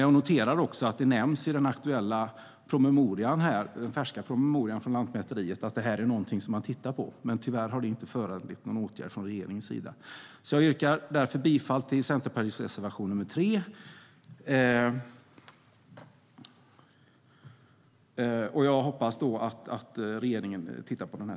Jag noterar att det nämns i den aktuella promemorian, den färska promemorian från Lantmäteriet, att det här är någonting som man tittar på. Tyvärr har det inte föranlett någon åtgärd från regeringens sida. Jag yrkar därför bifall till Centerpartiets reservation 3, och jag hoppas att regeringen tittar på det här.